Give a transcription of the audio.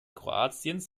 kroatiens